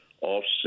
offset